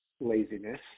laziness